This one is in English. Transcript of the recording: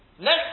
Next